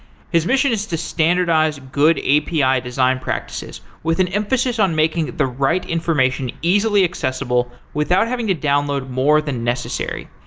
his mission is to standardize good api design practices with an emphasis on making the right information easily accessible without having to download more than necessary.